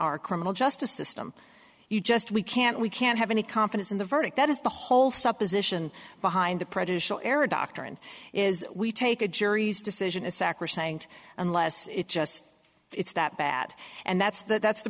our criminal justice system you just we can't we can't have any confidence in the verdict that is the whole supposition behind the prejudicial era doctrine is we take a jury's decision is sacrosanct unless it's just it's that bad and that's that th